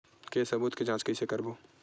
के सबूत के जांच कइसे करबो?